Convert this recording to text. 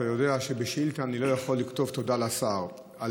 אתה יודע שבשאילתה אני לא יכול לכתוב תודה לשר על